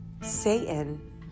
Satan